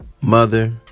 mother